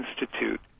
Institute